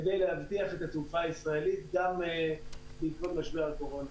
כדי להבטיח את התעופה הישראלית גם בעקבות משבר הקורונה.